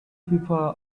people